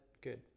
good